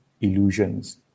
illusions